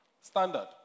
Standard